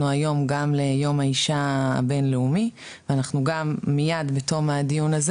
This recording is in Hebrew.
היום גם ליום האישה הבינלאומי ואנחנו גם מייד בתום הדיון הזה,